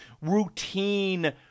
routine